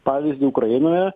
pavyzdį ukrainoje